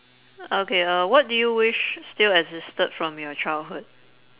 okay uh what do you wish still existed from your childhood